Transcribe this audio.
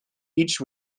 each